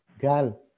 Gal